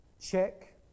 check